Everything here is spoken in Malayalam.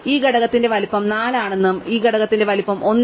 അതിനാൽ ഈ ഘടകത്തിന്റെ വലുപ്പം 4 ആണെന്നും ഈ ഘടകത്തിന്റെ വലുപ്പം 1